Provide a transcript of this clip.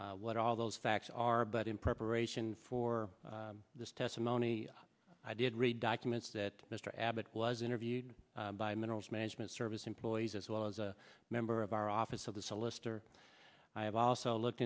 what all those facts are but in preparation for this testimony i did read documents that mr abbott was interviewed by minerals management service employees as well as a member of our office of the solicitor i have also looked